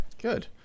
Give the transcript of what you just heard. Good